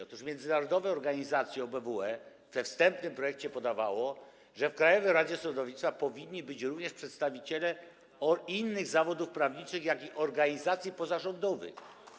Otóż międzynarodowa organizacja, OBWE, we wstępnym projekcie podawała, że w Krajowej Radzie Sądownictwa powinni być również przedstawiciele innych zawodów prawniczych, jak i organizacji pozarządowych.